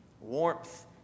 warmth